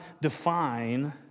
define